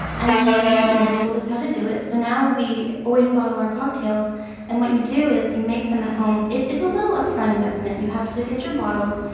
and she you know told us how to do it, so now we always bottle our cocktails and what you do is you make them at home. it's a little upfront investment. you have to get your bottles,